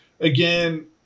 again